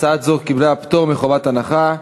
הצעה זאת קיבלה פטור מחובת הנחה.